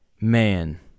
Man